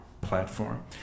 platform